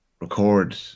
record